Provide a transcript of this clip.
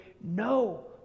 no